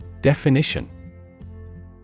Definition